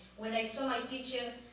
when i saw a teacher,